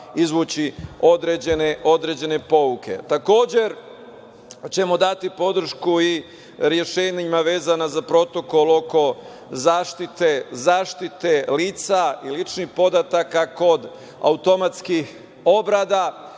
izvući određene pouke. Takođe ćemo dati podršku i rešenjima vezana za protokol oko zaštite lica i ličnih podataka kod automatskih obrada.